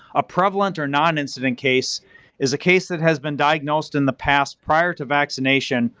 a prevalent or non-incident case is a case that has been diagnosed in the past prior to vaccination,